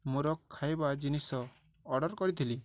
ମୋର ଖାଇବା ଜିନିଷ ଅର୍ଡ଼ର କରିଥିଲି